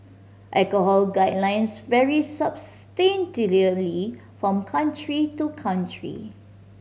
alcohol guidelines vary substantially from country to country